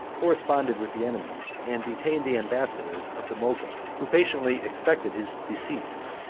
corresponded with the enemies, and detained the ambassadors, of the mogul, who patiently expected his decease,